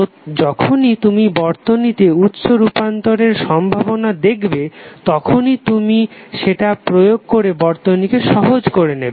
তো যখনই তুমি বর্তনীতে উৎস রূপান্তরের সম্ভাবনা দেখবে তখনই তুমি সেটা প্রয়োগ করে বর্তনীকে সহজ করে নেবে